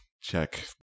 Check